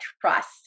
trust